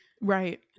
right